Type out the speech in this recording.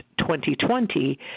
2020